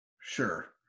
Sure